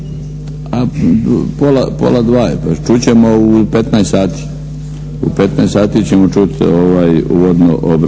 A pola 2 je, čut ćemo u 15 sati. U 15 sati ćemo čut uvodno obrazloženje